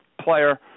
player